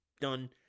done